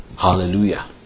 Hallelujah